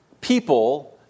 people